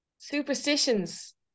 superstitions